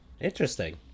interesting